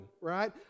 right